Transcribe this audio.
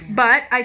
ya